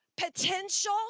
Potential